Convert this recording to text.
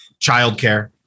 childcare